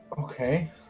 Okay